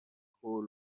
هول